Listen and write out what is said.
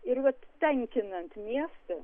ir vat tankinant miestą